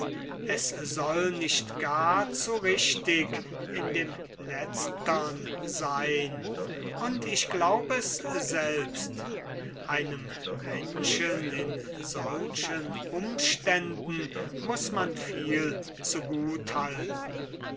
es soll nicht gar zu richtig in dem letztern sein und ich glaub es selbst einem menschen in solchen umständen muß man viel zu gut halten